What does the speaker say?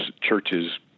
churches